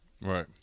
Right